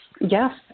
Yes